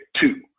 two